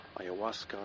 Ayahuasca